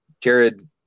Jared